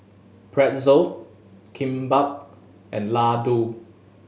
Pretzel Kimbap and Ladoo